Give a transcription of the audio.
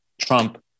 Trump